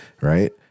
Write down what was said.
right